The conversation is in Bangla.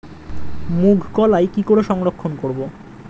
মুঘ কলাই কি করে সংরক্ষণ করব?